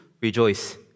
rejoice